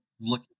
look